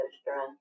strength